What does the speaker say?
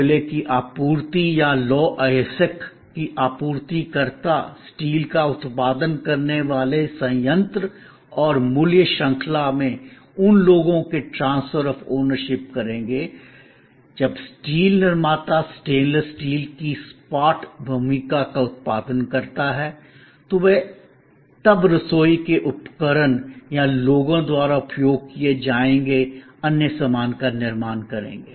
कोयले की आपूर्ति या लौह अयस्क के आपूर्तिकर्ता स्टील का उत्पादन करने वाले संयंत्र और मूल्य श्रृंखला में उन लोगों के ट्रांसफर आफ ओनरशिप करेंगे जब स्टील निर्माता स्टेनलेस स्टील की सपाट भूमिका का उत्पादन करता है तो वे तब रसोई के उपकरण या लोगों द्वारा उपयोग किए जाएंगे अन्य सामान का निर्माण करेंगे